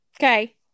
Okay